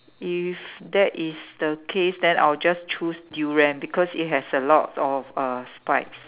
if that is the case then I'll just choose durian because it has a lot of uh spikes